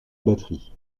batterie